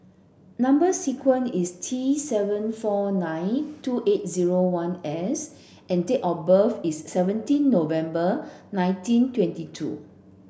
number sequence is T seven four nine two eight zero one S and date of birth is seventeen November nineteen twenty two